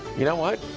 you know what?